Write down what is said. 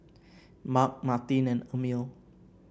Mark Martine and Emil